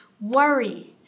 worry